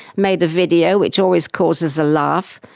made a video, which always causes a laugh.